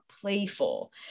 playful